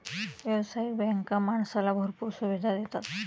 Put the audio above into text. व्यावसायिक बँका माणसाला भरपूर सुविधा देतात